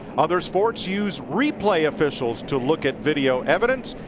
other sports use replay officials to look at video evidence.